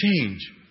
change